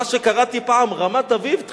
מה שקראתי פעם: רמת-אביב תחילה.